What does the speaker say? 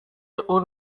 اون